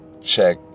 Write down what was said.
check